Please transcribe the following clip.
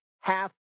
half